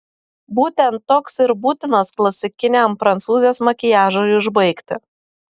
būtent toks ir būtinas klasikiniam prancūzės makiažui užbaigti